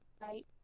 right